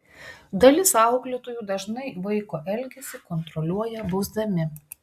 dalis auklėtojų dažnai vaiko elgesį kontroliuoja bausdami